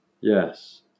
Yes